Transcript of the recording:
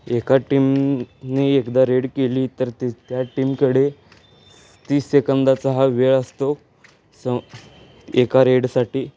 एका टीमनी एकदा रेड केली तर ते त्या टीमकडे तीस सेकंदाचा हा वेळ असतो स एका रेडसाठी